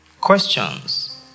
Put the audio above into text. questions